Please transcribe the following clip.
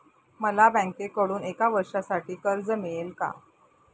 मला बँकेकडून एका वर्षासाठी कर्ज मिळेल का?